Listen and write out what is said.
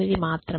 08 మాత్రమే